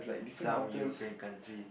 some European country